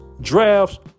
drafts